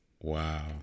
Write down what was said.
Wow